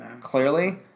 clearly